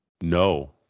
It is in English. No